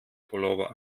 pullover